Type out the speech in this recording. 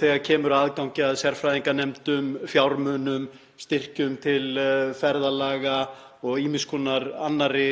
þegar kemur að aðgangi að sérfræðinganefndum, fjármunum, styrkjum til ferðalaga og ýmiss konar annarri